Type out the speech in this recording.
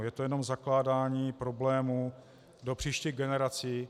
Je to jenom zakládání problémů do příštích generací.